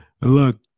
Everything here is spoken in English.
Look